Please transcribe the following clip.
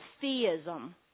theism